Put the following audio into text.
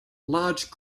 large